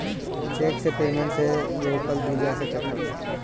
check से payment के रोकल भी जा सकत हवे